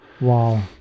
Wow